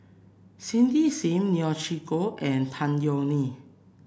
Cindy Sim Neo Chwee Kok and Tan Yeok Nee